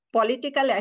political